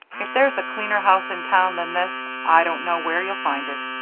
if there's a cleaner house in town than this, i don't know where you'll find it.